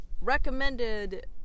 recommended